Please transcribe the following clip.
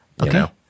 Okay